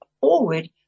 forward